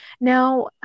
Now